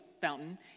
fountain